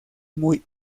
muy